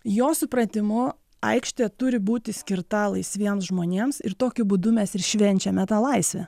jo supratimu aikštė turi būti skirta laisviems žmonėms ir tokiu būdu mes ir švenčiame tą laisvę